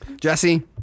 Jesse